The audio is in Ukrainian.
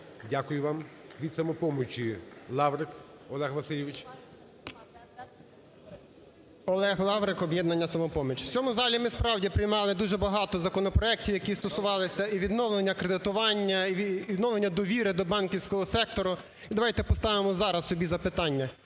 Дякую вам. Від "Самопомочі" Лаврик Олег Васильович. 13:56:21 ЛАВРИК О.В. Олег Лаврик, "Об'єднання "Самопоміч". В цьому залі ми справді приймали дуже багато законопроектів, які стосувалися і відновлення кредитування, відновлення довіри до банківського сектору. І давайте поставимо зараз собі запитання: